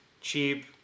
Cheap